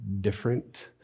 different